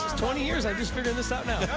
twenty years. i just figured this out now.